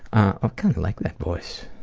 ah kind of like that voice,